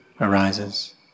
arises